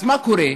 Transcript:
אז מה קורה?